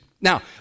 Now